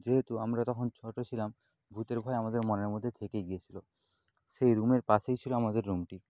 যেহেতু আমরা তখন ছোটো ছিলাম ভূতের ভয় আমাদের মনের মধ্যে থেকে গিয়েছিলো সেই রুমের পাশেই ছিলো আমাদের রুমটি